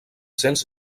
cents